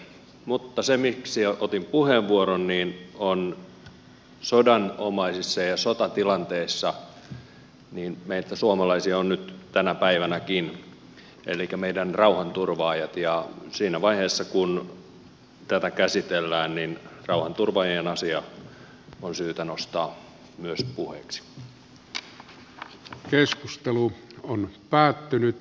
mutta se miksi otin puheenvuoron on se että sodanomaisissa tilanteissa ja sotatilanteissa meitä suomalaisia on nyt tänä päivänäkin elikkä meidän rauhanturvaajat ja siinä vaiheessa kun tätä käsitellään rauhanturvaajien asia on syytä nostaa myös puheeksi